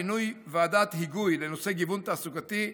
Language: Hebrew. מינוי ועדת היגוי לנושא גיוון תעסוקתי.